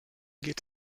geht